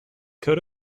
coat